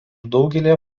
daugelyje